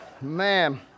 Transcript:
Ma'am